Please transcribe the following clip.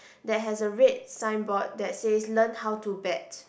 that has a red sign board that says learn how to bet